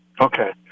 Okay